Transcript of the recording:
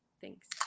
Thanks